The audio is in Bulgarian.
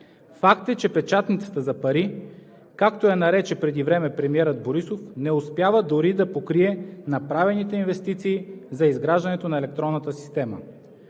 Факт е, че „печатницата за пари“, както я нарече преди време премиерът Борисов, не успява дори да покрие направените инвестиции за изграждането на електронната система.